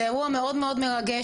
זה אירוע מאוד מרגש.